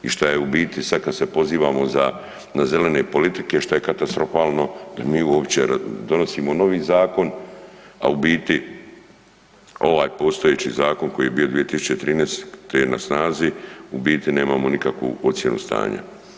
I šta je u biti sad kad se pozivamo na zelene politike što je katastrofalno da mi uopće donosimo novi zakon, a u biti ovaj postojeći zakon koji je bio 2013.-te na snazi, u biti nemamo nikakvu ocjenu stanja.